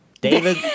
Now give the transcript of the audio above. David